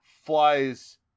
flies